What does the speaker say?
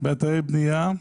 באתרי בנייה,